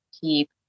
Keep